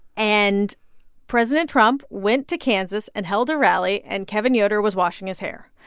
and president trump went to kansas and held a rally, and kevin yoder was washing his hair.